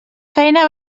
feina